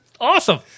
Awesome